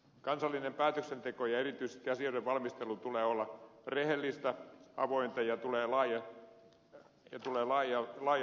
kansallisen päätöksenteon ja erityisesti asioiden valmistelun tulee olla rehellistä avointa ja niiden tulee tulla laajalta pohjalta